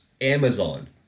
Amazon